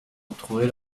retrouver